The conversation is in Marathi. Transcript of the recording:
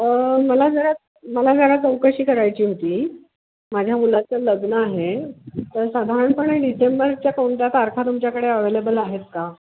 मला जरा मला जरा चौकशी करायची होती माझ्या मुलाचं लग्न आहे तर साधारणपणे डिसेंबरच्या कोणत्या तारखा तुमच्याकडे अवेलेबल आहेत का